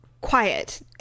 quiet